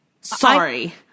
Sorry